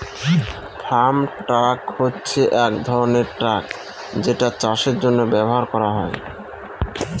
farm truck হচ্ছে এক ধরনের ট্র্যাক যেটা চাষের জন্য ব্যবহার করা হয়